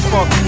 Fuck